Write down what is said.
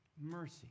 mercy